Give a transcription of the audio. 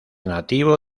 nativo